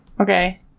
Okay